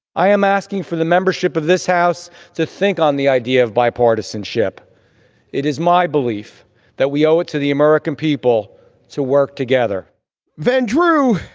i am asking for the membership of this house to think on the idea of bipartisanship it is my belief that we owe it to the american people to work together van drew,